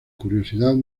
curiosidad